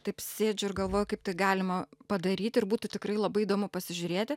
taip sėdžiu ir galvoju kaip tai galima padaryt ir būtų tikrai labai įdomu pasižiūrėti